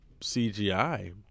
CGI